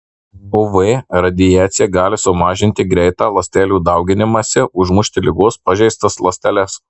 uv radiacija gali sumažinti greitą ląstelių dauginimąsi užmušti ligos pažeistas ląsteles